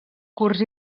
curs